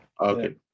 Okay